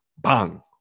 bang